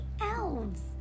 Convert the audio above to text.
elves